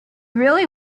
really